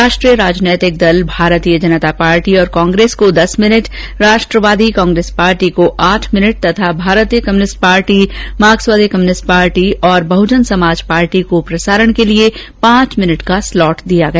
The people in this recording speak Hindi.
राष्ट्रीय राजनीतिक दल भारतीय जनता पार्टी और कांग्रेस को दस मिनट राष्ट्रवादी कांग्रेस पार्टी को आठ मिनट तथा Bharatiya communist party Marxwadi communist party और बहजन समाज पार्टी को प्रसारण के लिए पांच मिनट का स्लॉट दिया गया